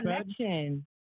connection